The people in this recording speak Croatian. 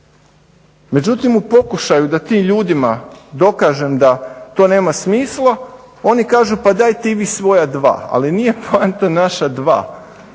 Međutim, u pokušaju da tim ljudima dokažem da to nema smisla oni kažu pa dajte i vi svoja dva, ali nije poanta naša dva,